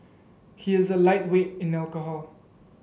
he is a lightweight in alcohol